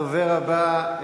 הדובר הבא,